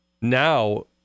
now